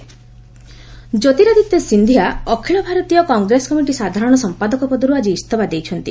କଂଗ୍ରେସ ସିନ୍ଧିଆ ଜ୍ୟୋତିରାଦିତ୍ୟ ସିନ୍ଧିଆ ଅଖିଳ ଭାରତୀୟ କଂଗ୍ରେସ କମିଟି ସାଧାରଣ ସମ୍ପାଦକ ପଦର୍ ଆଜି ଇସ୍ତଫା ଦେଇଛନ୍ତି